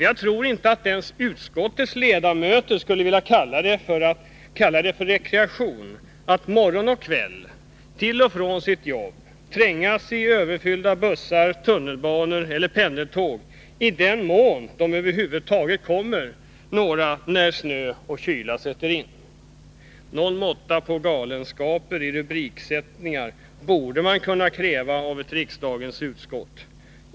Jag tror inte att ens utskottets ledamöter skulle vilja kalla det för rekreation att morgon och kväll, på vägen till och från sitt jobb, trängas i överfyllda bussar, tunnelbanor eller pendeltåg, i den mån de över huvud taget går när snö och kyla sätter in. Någon måtta på galenskapen i rubriksättningen borde man kunna kräva av ett riksdagens utskott.